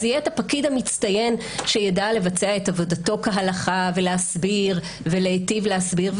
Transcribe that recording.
אז יהיה את הפקיד המצטיין שידע לבצע את עבודתו כהלכה ולהיטיב להסביר,